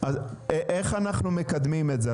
איך אנחנו מקדמים את זה?